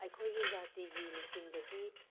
ꯑꯩꯈꯣꯏꯒꯤ ꯖꯥꯇꯤꯒꯤ ꯂꯨꯆꯤꯡꯕꯒꯤ